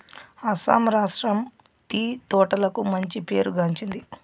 అస్సాం రాష్ట్రం టీ తోటలకు మంచి పేరు గాంచింది